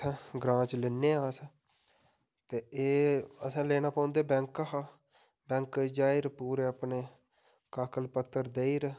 इत्थे ग्रांऽ च लैन्ने आं अस ते एह् असें लैना पौंदे बैंक हा बैंक जाइ'र पूरे अपने काकल पत्तर देई'र